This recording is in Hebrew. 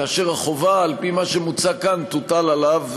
כאשר החובה על-פי מה שמוצג כאן תוטל עליו,